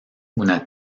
una